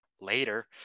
later